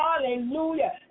Hallelujah